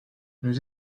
nous